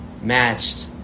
matched